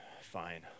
fine